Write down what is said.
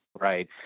right